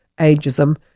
ageism